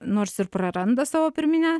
nors ir praranda savo pirminę